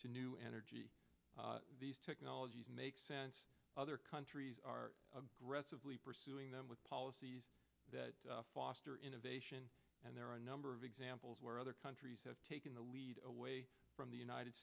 to new energy these technologies make sense other countries are aggressively pursuing them with policies that foster innovation and there are a number of examples where other countries have taken the lead away from the united